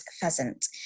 Pheasant